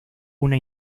una